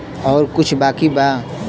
और कुछ बाकी बा?